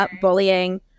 bullying